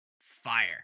fire